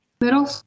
middle